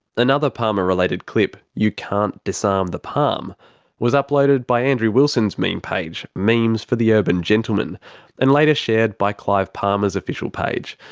another palmer-related clip, you can't disarm the palm was uploaded by andrew wilson's meme page, memes for the urban gentleman and later shared by clive palmer's official page.